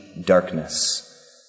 darkness